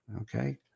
okay